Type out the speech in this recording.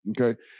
Okay